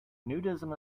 nudism